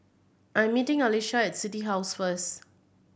I'm meeting Alysia at City House first